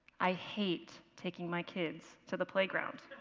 i hate taking my kids to the playground.